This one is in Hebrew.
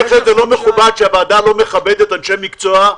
אני חושב שזה לא מכובד שהוועדה לא מכבדת אנשי מקצוע,